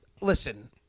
listen